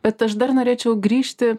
bet aš dar norėčiau grįžti